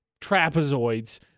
trapezoids